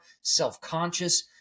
self-conscious